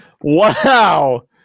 Wow